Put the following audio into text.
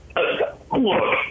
Look